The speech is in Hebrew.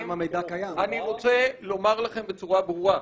אני רוצה לומר לכם בצורה ברורה,